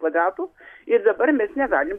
kvadratų ir dabar mes negalim